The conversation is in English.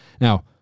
Now